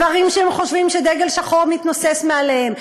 דברים שהם חושבים שדגל שחור מתנוסס מעליהם.